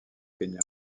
kenya